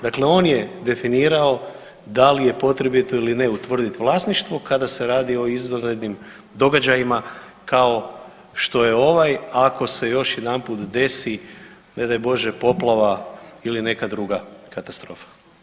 Dakle, on je definirao da li je potrebito ili ne utvrdit vlasništvo kada se radi o izvanrednim događajima kao što je ovaj ako se još jedanput desi ne daj Bože poplava ili neka druga katastrofa.